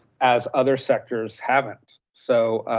as other sectors haven't, so